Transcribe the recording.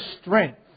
strength